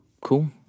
Cool